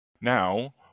now